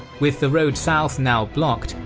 with the road south now blocked,